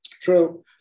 True